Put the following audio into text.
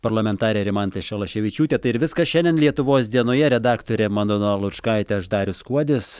parlamentarė rimantė šalaševičiūtė tai ir viskas šiandien lietuvos dienoje redaktorė madona lučkaitė aš darius kuodis